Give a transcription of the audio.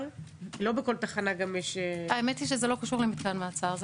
גם יש --- האמת היא שזה לא קשור למתקן מעצר.